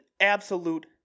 absolute